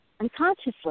unconsciously